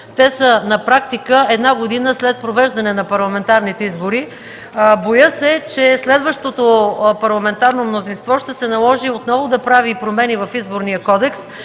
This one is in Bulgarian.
Те са на практика една година след провеждане на парламентарните избори. Боя се, че следващото парламентарно мнозинство ще се наложи отново да прави промени в Изборния кодекс,